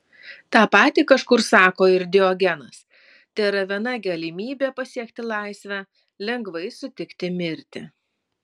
tą patį kažkur sako ir diogenas tėra viena galimybė pasiekti laisvę lengvai sutikti mirtį